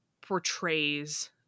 portrays